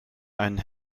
ein